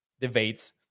debates